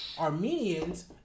Armenians